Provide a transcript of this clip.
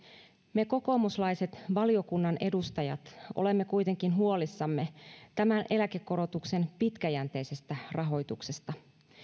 me kokoomuslaiset valiokunnan edustajat olemme kuitenkin huolissamme tämän eläkekorotuksen pitkäjänteisestä rahoituksesta